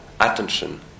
attention